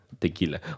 tequila